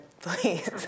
please